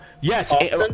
yes